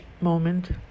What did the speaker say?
moment